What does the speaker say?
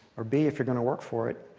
or b, if you're going to work for it,